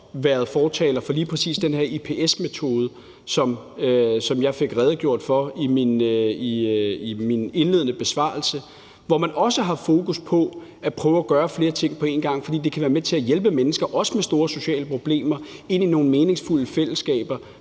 været fortaler for lige præcis den her IPS-metode, som jeg fik redegjort for i min indledende besvarelse, hvor man også har fokus på at prøve at gøre flere ting på en gang, fordi det også kan være med til at hjælpe mennesker med store sociale problemer ind i nogle meningsfulde fællesskaber,